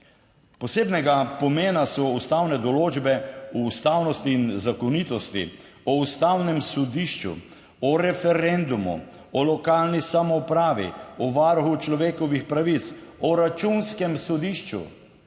Posebnega pomena so ustavne določbe o ustavnosti in zakonitosti, o ustavnem sodišču, o referendumu, o lokalni samoupravi, o varuhu človekovih pravic, o Računskem sodišču,